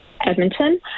Edmonton